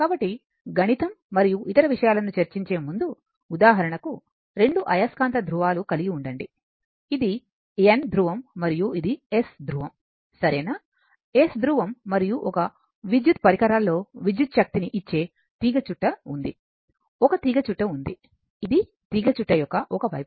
కాబట్టి గణితం మరియు ఇతర విషయాలను చర్చించే ముందు ఉదాహరణకు రెండు అయస్కాంత ధృవాలు కలిగి ఉండండి ఇది N ధృవం మరియు ఇది S ధృవం సరేనా S ధృవం మరియు ఒక విద్యుత్ పరికరాల్లో విద్యుచ్ఛక్తిని ఇచ్చే తీగచుట్ట ఉంది ఒక తీగ చుట్ట ఉంది ఇది తీగచుట్ట యొక్క ఒక వైపు